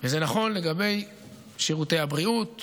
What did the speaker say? וזאת במטרה לאפשר את הבאתם